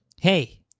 hey